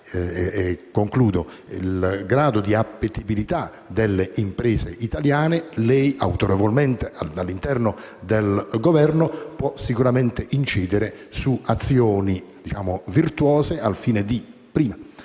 il grado di appetibilità delle imprese italiane, lei autorevolmente, dall'interno del Governo, può sicuramente incidere su azioni virtuose, in primo